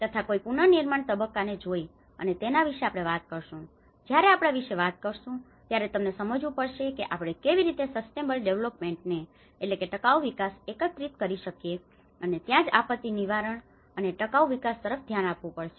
તથા કોઈ પુનર્નિર્માણના તબક્કાને જોઈએ અને તેના વિશે આપણે વાત કરીશું જ્યારે આપણે આ વિશે વાત કરીશું ત્યારે તમારે સમજવું પડશે કે આપણે કેવી રીતે સસ્ટેનેબલ ડેવેલોપમેન્ટને sustainable development ટકાઉવિકાસ એકીકૃત કરી શકીએ અને ત્યાંજ આપત્તિ નિવારણ અને ટકાઉ વિકાસ તરફ ધ્યાન આપવું પડશે